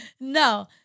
no